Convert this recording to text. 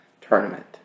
tournament